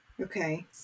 Okay